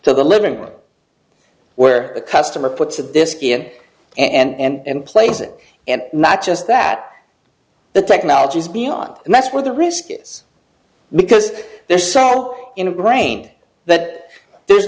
to the living room where the customer puts a disc in and plays it and not just that the technology is beyond and that's where the risk is because they're so ingrained that there's